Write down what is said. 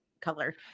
color